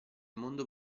mondo